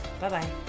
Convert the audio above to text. Bye-bye